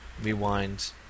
rewind